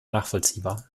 nachvollziehbar